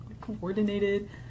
coordinated